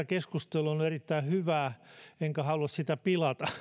keskustelu on ollut erittäin hyvää enkä halua sitä pilata